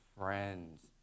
friends